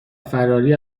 فراری